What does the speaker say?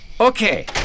Okay